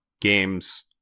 games